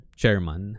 chairman